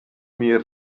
mir